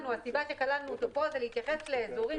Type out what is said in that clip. הניסוח של הסעיף הזה נלקח בהתאמה מחוק אזורי